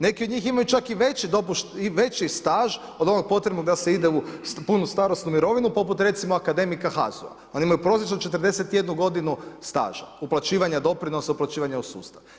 Neki od njih imaju čak i veći staž od onog potrebnog da se ide u punu starosnu mirovinu poput recimo akademika HAZU-a, oni imaju prosječnu 41 godinu staža uplaćivanja doprinosa, uplaćivanja u sustav.